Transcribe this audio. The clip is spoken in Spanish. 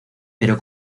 pero